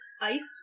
iced